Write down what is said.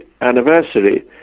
anniversary